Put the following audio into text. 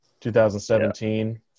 2017